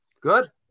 Good